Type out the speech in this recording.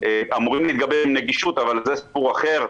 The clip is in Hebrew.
למשל בנגישות שזה סיפור אחר,